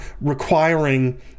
requiring